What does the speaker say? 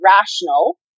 rational